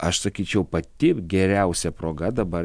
aš sakyčiau pati geriausia proga dabar